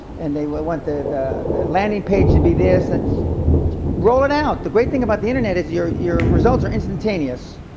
and they want the the landing page to be this roll it out. the great thing about the internet is your your results are instantaneous.